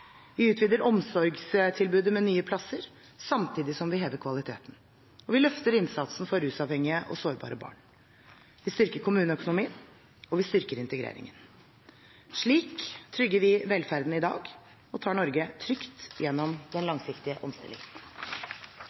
Vi utvider omsorgstilbudet med nye plasser, samtidig som vi hever kvaliteten. Vi løfter innsatsen for rusavhengige og sårbare barn. Vi styrker kommuneøkonomien, og vi styrker integreringen. Slik trygger vi velferden i dag og tar Norge trygt igjennom den langsiktige omstillingen.